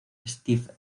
steve